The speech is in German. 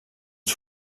nur